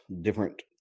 different